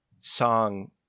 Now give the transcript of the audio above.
song